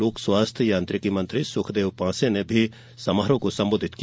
लोक स्वास्थ्य यांत्रिकी मंत्री सुखदेव पांसे ने भी संबोधित किया